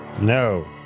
No